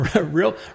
real